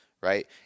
right